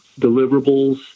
deliverables